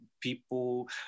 people